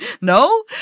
no